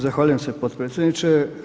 Zahvaljujem se potpredsjedniče.